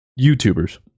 YouTubers